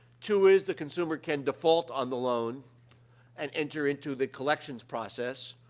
two is, the consumer can default on the loan and enter into the collections process.